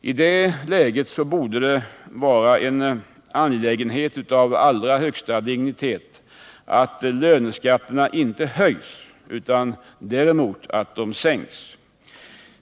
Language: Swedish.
I det läget borde det vara en angelägenhet av allra största dignitet att löneskatterna inte höjs, utan tvärtom sänks.